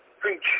preach